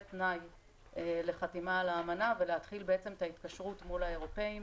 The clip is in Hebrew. תנאי לחתימה על האמנה ולהתחיל בעצם את ההתקשרות מול האירופאים